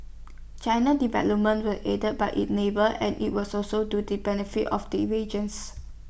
China development were aided by IT neighbour and IT was also to the benefit of the regions